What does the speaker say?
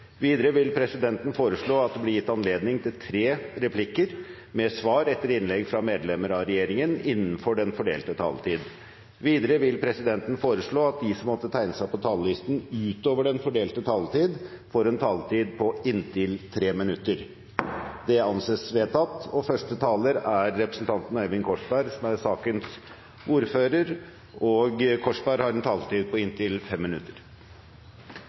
Videre vil presidenten foreslå at det blir gitt anledning til tre replikker med svar etter innlegg fra medlemmer av regjeringen innenfor den fordelte taletid. Videre vil presidenten foreslå at de som måtte tegne seg på talerlisten utover den fordelte taletid, får en taletid på inntil 3 minutter. – Det anses vedtatt. Den saken som vi nå skal behandle, er et representantforslag fra stortingsrepresentantene Johnny Ingebrigtsen, Torgeir Knag Fylkesnes og